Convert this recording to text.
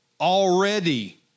already